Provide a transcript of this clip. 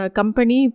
company